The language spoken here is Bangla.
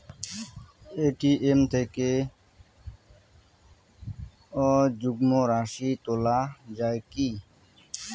এ.টি.এম থেকে অযুগ্ম রাশি তোলা য়ায় কি?